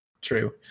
True